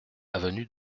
avenue